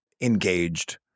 engaged